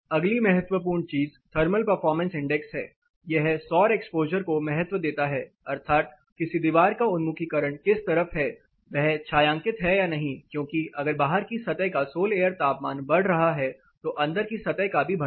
अगली महत्वपूर्ण चीज थर्मल परफारमेंस इंडेक्स है यह सौर एक्सपोज़र को महत्व देता है अर्थात किसी दीवार का उन्मुखीकरण किस तरफ है वह छायांकित है या नहीं क्योंकि अगर बाहर की सतह का सोल एयर तापमान बढ़ रहा है तो अंदर की सतह का भी बढ़ेगा